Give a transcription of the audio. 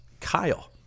Kyle